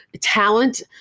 talent